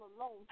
alone